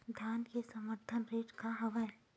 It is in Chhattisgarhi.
धान के समर्थन रेट का हवाय?